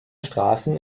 straßen